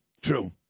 True